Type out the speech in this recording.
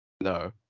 No